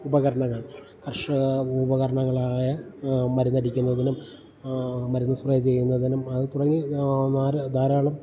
ഉപകരണങ്ങൾ കർഷക ഉപകരണങ്ങളായ മരുന്നടിക്കുന്നതിനും മരുന്ന് സ്പ്രേ ചെയ്യുന്നതിനും അത് തുടങ്ങി ധാരാ ധാരാളം